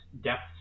depth